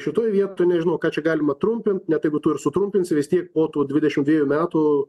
šitoj vietoj nežinau ką galima trumpint net jeigu tu sutrumpinsi vis tiek po tų dvidešimt dvejų metų